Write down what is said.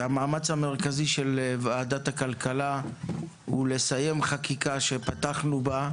והמאמץ המרכזי של ועדת הכלכלה הוא לסיים חקיקה שפתחנו בה.